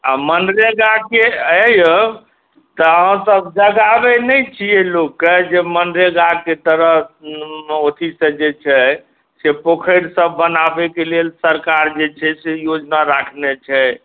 आ मनरेगाकेँ आईयौ तऽ अहाँ सभ जगाबै नहि छियै लोकके जे मनरेगाके तरह अथी सँ जे छै से पोखरि सभ बनाबैके लेल सरकार जे छै से योजना राखने छै